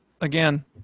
again